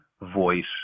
voice